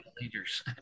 leaders